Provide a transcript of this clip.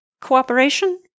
cooperation